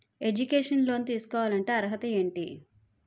Educational loan తీసుకోవాలంటే అర్హత ఏంటి?